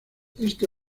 este